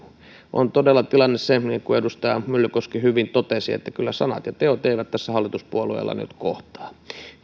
on todella tilanne se niin kuin edustaja myllykoski hyvin totesi että sanat ja teot eivät kyllä tässä hallituspuolueilla kohtaa